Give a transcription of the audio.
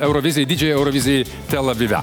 eurovizijai didžiajai eurovizijai tel avive